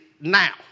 now